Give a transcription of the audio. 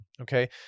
okay